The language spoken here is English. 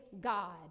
God